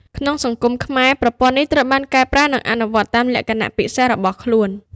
ក្នុងសង្គមខ្មែរ ប្រព័ន្ធនេះត្រូវបានកែប្រែនិងអនុវត្តតាមលក្ខណៈពិសេសរបស់ខ្លួន។